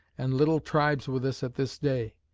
and little tribes with us at this day.